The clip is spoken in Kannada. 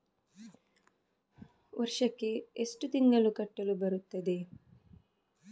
ವರ್ಷಕ್ಕೆ ಎಷ್ಟು ತಿಂಗಳು ಕಟ್ಟಲು ಬರುತ್ತದೆ?